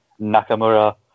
Nakamura